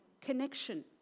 connection